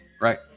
Right